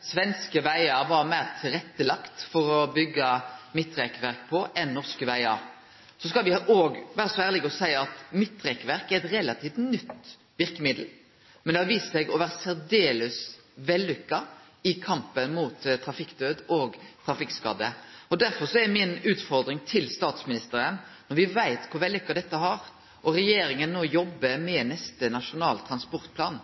Svenske vegar var meir tilrettelagde for å byggje midtrekkverk på enn norske vegar. Så skal me òg vere så ærlege og seie at midtrekkverk er eit relativt nytt verkemiddel, men det har vist seg å vere særdeles vellykka i kampen mot trafikkdød og talet på trafikkskadde. Derfor er mi utfordring til statsministeren: Når me veit kor vellykka dette har vore, og regjeringa no jobbar med neste Nasjonal transportplan,